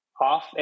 off